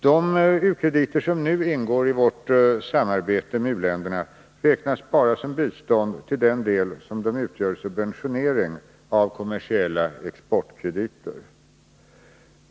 De u-krediter som nu ingår i vårt samarbete med u-länderna räknas bara som bistånd till den del som de utgör subventionering av kommersiella exportkrediter.